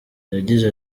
yagize